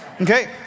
Okay